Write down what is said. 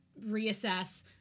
reassess